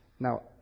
Now